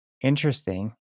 interesting